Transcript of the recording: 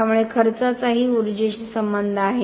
त्यामुळे खर्चाचाही ऊर्जेशी संबंध आहे